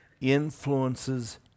influences